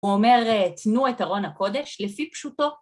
הוא אומר תנו את ארון הקודש לפי פשוטו.